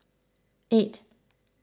eight